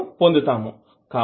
ను పొందుతాము